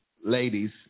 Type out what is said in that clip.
Ladies